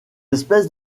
espèces